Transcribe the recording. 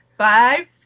Five